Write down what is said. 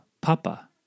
Papa